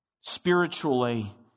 spiritually